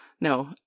no